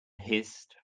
hissed